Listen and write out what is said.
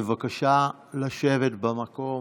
בבקשה לשבת במקום.